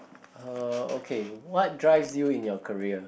uh okay what drives you in your career